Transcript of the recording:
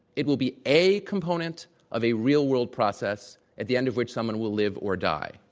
it will be a component of a real world process at the end of which someone will live or die.